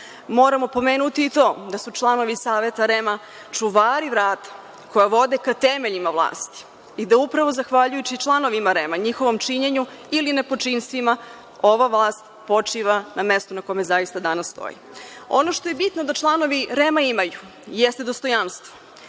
Moramo pomenuti i to da su članovi Saveta REM-a čuvari vrata koja vode ka temeljima vlasti i da upravo zahvaljujući članovima REM-a i njihovom činjenu ili nepočinstvima ova vlast počiva na mestu na kome zaista danas stoji. Ono što je bitno da članovi REM-a danas imaju jeste dostojanstvo,